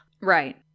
Right